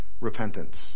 repentance